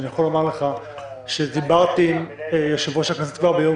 אני יכול לומר לך שדיברתי עם יושב-ראש הכנסת כבר ביום